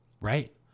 Right